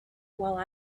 while